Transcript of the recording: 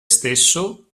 stesso